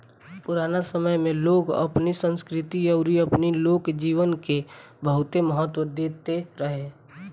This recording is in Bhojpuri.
पुराना समय में लोग अपनी संस्कृति अउरी अपनी लोक जीवन के बहुते महत्व देत रहे